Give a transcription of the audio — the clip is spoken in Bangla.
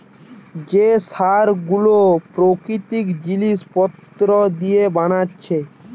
যে সার গুলো প্রাকৃতিক জিলিস পত্র দিয়ে বানাচ্ছে